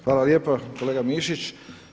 Hvala lijepa kolega Mišić.